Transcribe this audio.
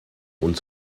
und